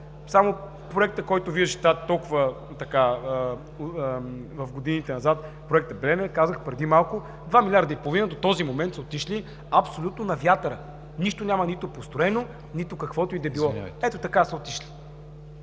възвръщаемост. Само в годините назад – проектът „Белене“, казах преди малко – два милиарда и половина до този момент са отишли абсолютно на вятъра – няма нищо построено, нито каквото и да било. Ето така са отишли.